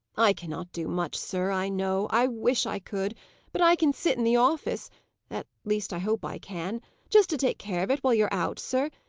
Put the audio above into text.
i cannot do much sir, i know i wish i could but i can sit in the office at least, i hope i can just to take care of it while you are out, sir,